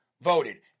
voted